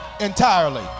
entirely